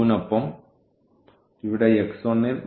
നൊപ്പം ഇവിടെ x1 ൽ 9